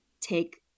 take